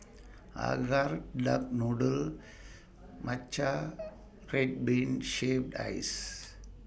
Acar Duck Noodle Matcha Red Bean Shaved Ice